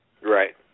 Right